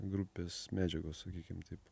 grupės medžiagos sakykim taip